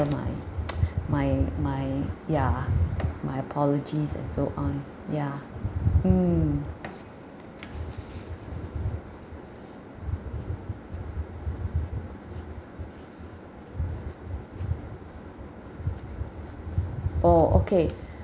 my my my ya my apologies and so on ya mm oh okay